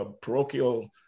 parochial